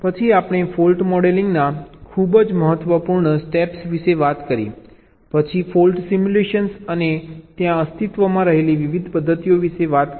પછી આપણે fault modelling ના ખૂબ જ મહત્વપૂર્ણ સ્ટેપ્સ વિશે વાત કરી પછી ફોલ્ટ સિમ્યુલેશન અને ત્યાં અસ્તિત્વમાં રહેલી વિવિધ પદ્ધતિઓ વિશે વાત કરી